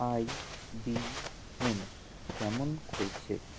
I B M কেমন করছে